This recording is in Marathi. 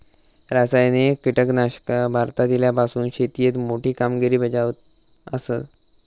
रासायनिक कीटकनाशका भारतात इल्यापासून शेतीएत मोठी कामगिरी बजावत आसा